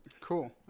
cool